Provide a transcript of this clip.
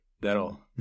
That'll